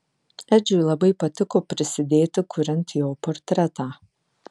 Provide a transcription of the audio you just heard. edžiui labai patiko prisidėti kuriant jo portretą